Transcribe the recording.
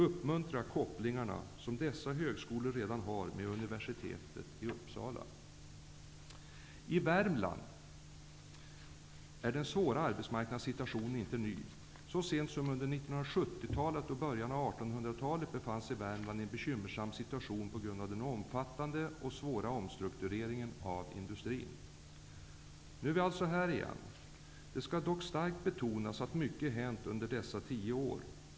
Uppmuntra de kopplingar som dessa högskolor redan har med universitetet i Uppsala. I Värmland är den svåra arbetsmarknadssituationen inte ny. Så sent som under 1970-talet och början av 1980-talet befann sig Värmland i en bekymmersam situation på grund av den omfattande och svåra omstruktureringen av industrin. Nu är vi alltså där igen. Det skall dock starkt betonas att mycket har hänt under dessa tio år.